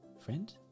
Friend